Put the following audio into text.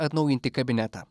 atnaujinti kabinetą